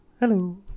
Hello